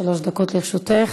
שלוש דקות לרשותך.